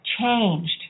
changed